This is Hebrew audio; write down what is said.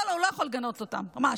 לא, הוא לא יכול לגנות אותם, ממש.